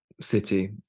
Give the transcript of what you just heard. city